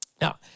Now